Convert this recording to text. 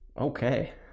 Okay